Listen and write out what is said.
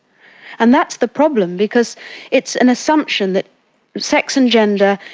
and that's the problem, because it's an assumption that sex and gender,